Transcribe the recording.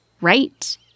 right